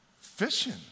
fishing